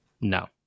No